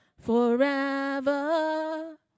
forever